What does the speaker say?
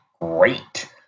great